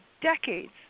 decades